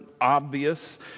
obvious